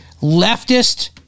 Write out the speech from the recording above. leftist